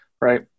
right